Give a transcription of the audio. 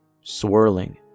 swirling